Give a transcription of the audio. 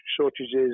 shortages